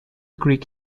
greek